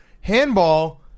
Handball